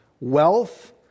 wealth